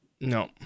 No